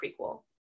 prequel